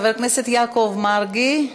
חבר הכנסת יעקב מרגי,